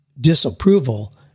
disapproval